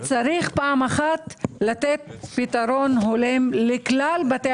צריך פעם אחת לתת פתרון הולם לכלל בתי